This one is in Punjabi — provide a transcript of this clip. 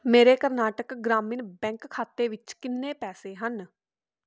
ਮੇਰੇ ਕਰਨਾਟਕ ਗ੍ਰਾਮੀਣ ਬੈਂਕ ਖਾਤੇ ਵਿੱਚ ਕਿੰਨੇ ਪੈਸੇ ਹਨ